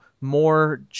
more